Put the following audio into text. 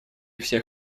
всех